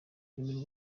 ururimi